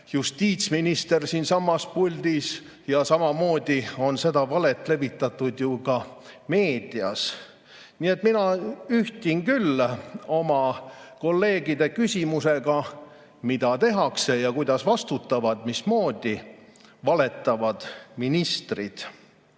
justiitsminister siinsamas puldis ja samamoodi on seda valet levitatud ju ka meedias. Nii et mina ühtin küll oma kolleegide küsimusega, et mida tehakse ja kuidas ja mismoodi vastutavad valetavad ministrid. Mis